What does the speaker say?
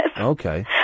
Okay